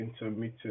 intermittent